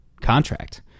contract